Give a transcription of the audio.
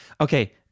Okay